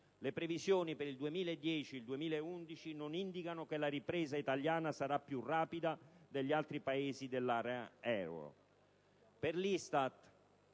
Le previsioni per il 2010-2011 non indicano che la ripresa italiana sarà più rapida degli altri Paesi dell'area euro.